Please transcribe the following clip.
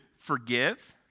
forgive